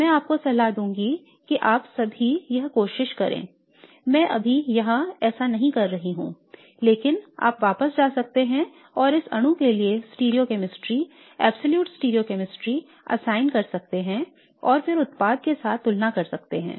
मैं आपको सलाह दूंगा कि आप सभी यह कोशिश करें मैं अभी यहां ऐसा नहीं कर रहा हूं लेकिन आप वापस जा सकते हैं और इस अणु के लिए स्टिरियोकेमिस्ट्री निरपेक्ष स्टीरियॉकेमिस्ट्री असाइन कर सकते हैं और फिर उत्पाद के साथ तुलना कर सकते हैं